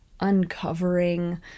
uncovering